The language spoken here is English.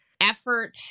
effort